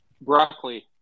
Broccoli